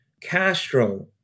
Castro